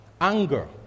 Anger